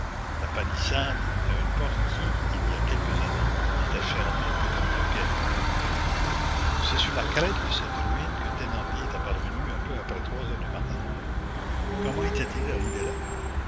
la palissade a une porte qui il y a quelques années n'était fermée que d'un loquet c'est sur la crête de cette ruine que thénardier était parvenu un peu après trois heures du matin comment était-il arrivé là